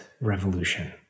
revolution